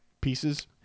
pieces